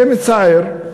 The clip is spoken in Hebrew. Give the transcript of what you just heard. זה מצער.